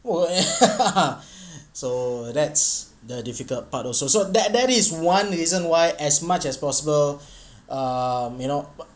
so that's the difficult part also so that that is one reason why as much as possible um you know